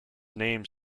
name